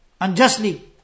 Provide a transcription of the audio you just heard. unjustly